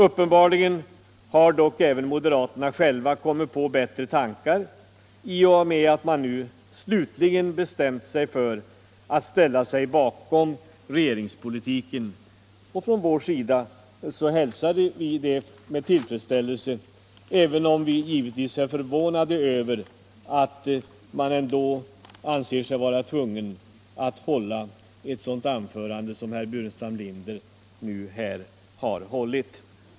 Uppenbarligen har dock även moderaterna själva kommit på bättre tankar i och med att de slutligen har bestämt sig för att ställa sig bakom regeringspolitiken. Från vår sida hälsar vi det med tillfredsställelse, även om vi givetvis är förvånade över att man ändå anser sig tvungen att hålla ett sådant anförande som det herr Burenstam Linder höll.